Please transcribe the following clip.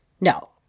No